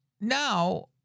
now